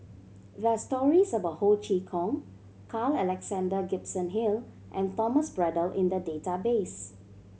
there are stories about Ho Chee Kong Carl Alexander Gibson Hill and Thomas Braddell in the database